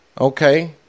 Okay